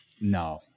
No